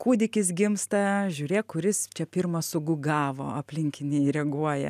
kūdikis gimsta žiūrėk kuris čia pirmas sugugavo aplinkiniai reaguoja